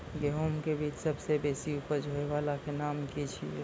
गेहूँमक बीज सबसे बेसी उपज होय वालाक नाम की छियै?